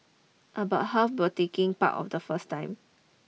about half were taking part of the first time